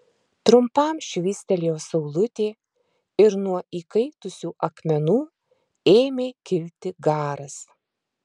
trumpam švystelėjo saulutė ir nuo įkaitusių akmenų ėmė kilti garas